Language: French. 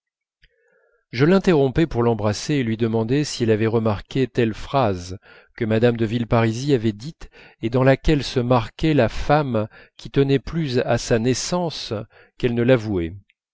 je l'interrompais pour l'embrasser et lui demandais si elle avait remarqué telle phrase que mme de villeparisis avait dite et dans laquelle se marquait la femme qui tenait plus à sa naissance qu'elle ne